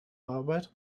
arbeit